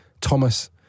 Thomas